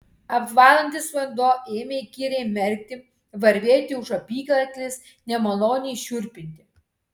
apvalantis vanduo ėmė įkyriai merkti varvėti už apykaklės nemaloniai šiurpinti